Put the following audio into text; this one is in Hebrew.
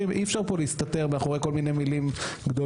אי אפשר להסתתר פה מאחורי כל מיני מילים גדולות